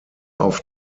auf